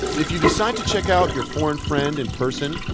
if you decide to check out your foreign friend in person,